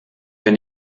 wir